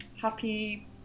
happy